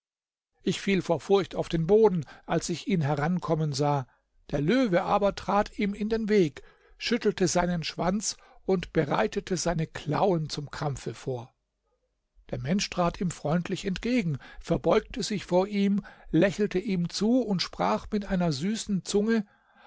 ich fiel vor furcht auf den boden als ich ihn herankommen sah der löwe aber trat ihm in den weg schüttelte seinen schwanz und bereitete seine klauen zum kampfe vor der mensch trat ihm freundlich entgegen verbeugte sich vor ihm lächelte ihm zu und sprach mit einer süßen zunge